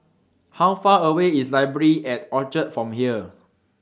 How Far away IS Library At Orchard from here